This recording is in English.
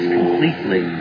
completely